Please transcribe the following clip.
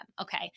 Okay